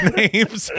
names